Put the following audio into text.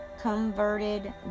converted